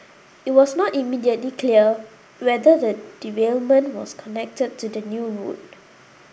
it was not immediately clear whether the derailment was connected to the new route